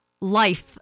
life